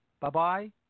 Bye-bye